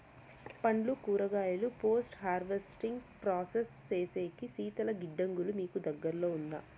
పండ్లు కూరగాయలు post harvesting process సేసేకి శీతల గిడ్డంగులు మీకు దగ్గర్లో ఉందా?